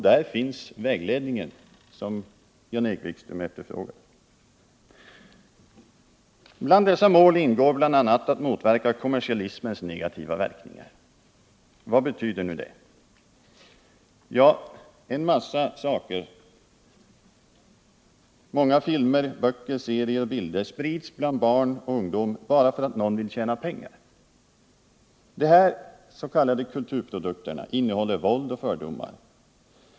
Där finns den vägledning som Jan-Erik Wikström efterfrågar. Bland dessa mål ingår bl.a. att motverka kommersialismens negativa verkningar. Vad betyder det? Jo, en massa saker såsom många filmer, böcker, serier och bilder sprids bland barn och ungdom bara för att någon vill tjäna pengar. De här ”kulturprodukterna” innehåller våld och fördomar.